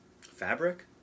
Fabric